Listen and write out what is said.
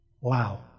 Wow